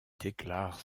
déclare